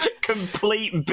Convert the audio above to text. complete